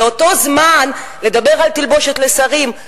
באותו זמן לדבר על תלבושת לשרים,